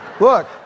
look